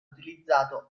utilizzato